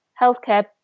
healthcare